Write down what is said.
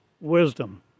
wisdom